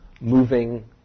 moving